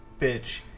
bitch